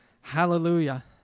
Hallelujah